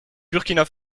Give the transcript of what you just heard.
burkina